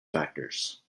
factors